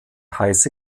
heiße